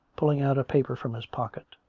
pulling out a paper from his pocket.